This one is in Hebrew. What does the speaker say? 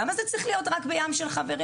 למה זה צריך להיות רק ב"ים של חברים"?